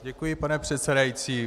Děkuji, pane předsedající.